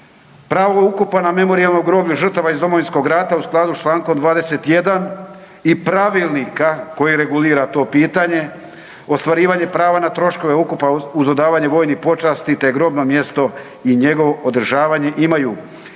Pravo ukopa na Memorijalnom groblju žrtava iz Domovinskog rata u skladu sa člankom 21. i Pravilnika koji regulira to pitanje, ostvarivanje prava na troškove ukopa uz dodavanje vojnih počasti, te grobno mjesto i njegovo održavanje imaju smrtno